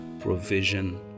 provision